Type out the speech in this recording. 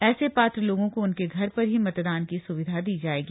ऐसे पात्र लोगों को उनके घर पर ही मतदान की स्विधा दी जाएगी